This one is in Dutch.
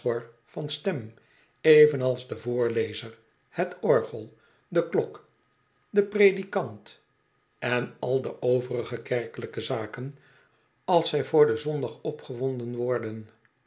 van stem evenals de voorlezer het orgel de klok de predikant en al de overige kerkelijke zaken als zij voor den zondag opgewonden worden